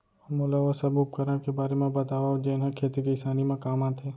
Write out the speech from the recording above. मोला ओ सब उपकरण के बारे म बतावव जेन ह खेती किसानी म काम आथे?